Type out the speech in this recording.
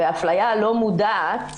אפליה לא מודעת